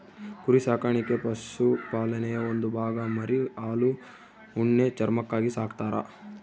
ಕುರಿ ಸಾಕಾಣಿಕೆ ಪಶುಪಾಲನೆಯ ಒಂದು ಭಾಗ ಮರಿ ಹಾಲು ಉಣ್ಣೆ ಚರ್ಮಕ್ಕಾಗಿ ಸಾಕ್ತರ